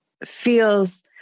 feels